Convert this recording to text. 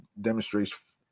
demonstrates